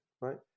right